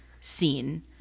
scene